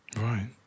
Right